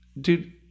Dude